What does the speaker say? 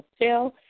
Hotel